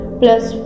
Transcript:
plus